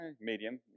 medium